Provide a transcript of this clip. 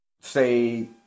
say